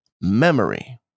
memory